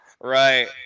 Right